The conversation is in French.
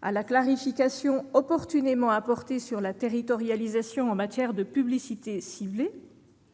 à la clarification opportunément apportée sur la territorialisation en matière de publicité ciblée,